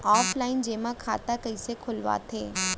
Offline जेमा खाता कइसे खोलवाथे?